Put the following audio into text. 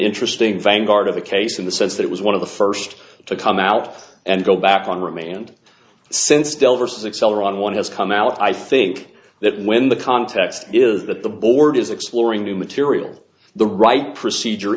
interesting vanguard of a case in the sense that it was one of the first to come out and go back on remand since still vs excel or on one has come out i think that when the context is that the board is exploring new material the right procedure